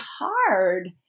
hard